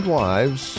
wives